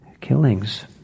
killings